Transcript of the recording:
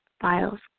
files